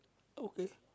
okay